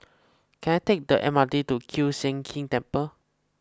can I take the M R T to Kiew Sian King Temple